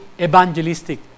evangelistic